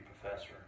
professor